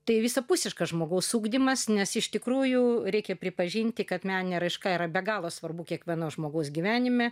tai visapusiškas žmogaus ugdymas nes iš tikrųjų reikia pripažinti kad meninė raiška yra be galo svarbu kiekvieno žmogaus gyvenime